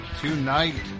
tonight